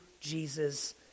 Jesus